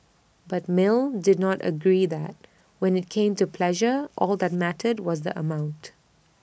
but mill did not agree that when IT came to pleasure all that mattered was the amount